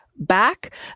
Back